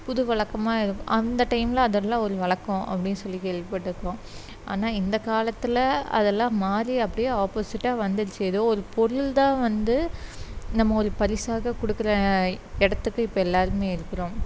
புது வழக்கமாக இருக் அந்த டைமில் அதெல்லாம் ஒரு வழக்கம் அப்படின்னு சொல்லி கேள்விப்பட்டுருக்கோம் ஆனால் இந்த காலத்தில் அதெல்லாம் மாறி அப்படியே ஆப்போசிட்டா வந்துடுச்சி எதோ ஒரு பொருள்தான் வந்து நம்ம ஒரு பரிசாக கொடுக்கிற இடத்துக்கு இப்போ எல்லாருமே இருக்கிறோம்